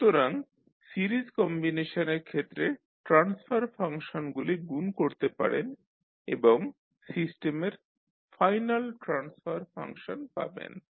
সুতরাং সিরিজ কম্বিনেশনের ক্ষেত্রে ট্রান্সফার ফাংশনগুলি গুণ করতে পারেন এবং সিস্টেমের ফাইনাল ট্রান্সফার ফাংশন পাবেন